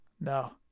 No